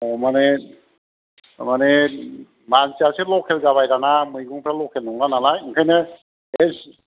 औ माने माने मानसियासो लकेल जाबाय दाना मैगंफ्रा लकेल नंला नालाय ओंखायनो